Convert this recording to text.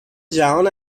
جهان